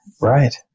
Right